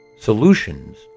solutions